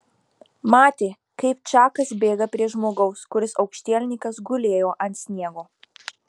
matė kaip čakas bėga prie žmogaus kuris aukštielninkas gulėjo ant sniego